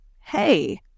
hey